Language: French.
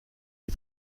des